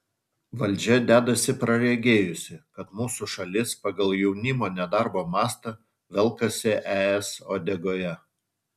valdžia dedasi praregėjusi kad mūsų šalis pagal jaunimo nedarbo mastą velkasi es uodegoje